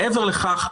מעבר לכך,